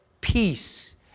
peace